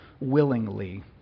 Willingly